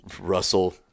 Russell